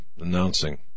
announcing